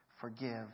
forgive